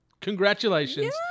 congratulations